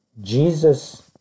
Jesus